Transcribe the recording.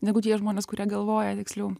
negu tie žmonės kurie galvoja tiksliau